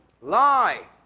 lie